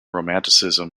romanticism